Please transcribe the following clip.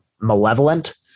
malevolent